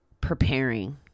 preparing